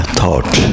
thought